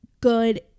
good